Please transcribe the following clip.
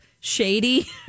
shady